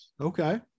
Okay